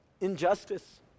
injustice